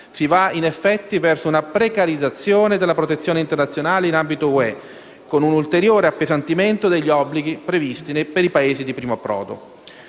Si va in effetti verso una precarizzazione della protezione internazionale in ambito europeo, con un ulteriore appesantimento degli obblighi previsti per i Paesi di primo approdo.